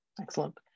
Excellent